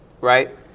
right